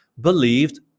Believed